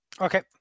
Okay